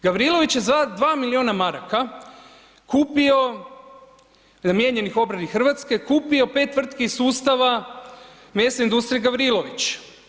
Gavrilović je za dva milijuna maraka kupio, namijenjenih obrani Hrvatske, kupio 5 tvrtki iz sustava mesne industrije Gavrilović.